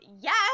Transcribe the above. Yes